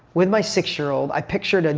with my six year old. i pictured, ah